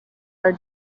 are